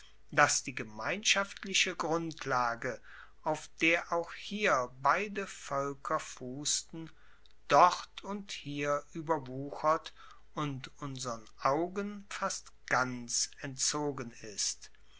dass die gemeinschaftliche grundlage auf der auch hier beide voelker fussten dort und hier ueberwuchert und unsern augen fast ganz entzogen ist